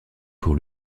pour